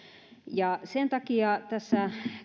sen takia tässä